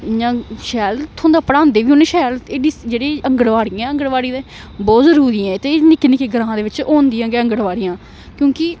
इ'यां शैल थ्होंदा पढ़ांदे बी उनें शैल जेह्ड़ी आंगनबड़ ऐ आंगनबाड़ी बहत जरूरी ऐ ते एह् निक्के निक्के ग्रांऽ दे बिच्च होंदियां गै आंगनबड़ियां क्योंकि